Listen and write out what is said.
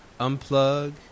unplug